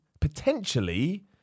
potentially